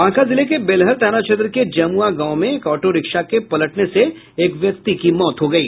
बांका जिले के बेलहर थाना क्षेत्र के जमुआ गांव में एक ऑटो रिक्शा के पलटने से एक व्यक्ति की मौत हो गयी